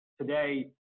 today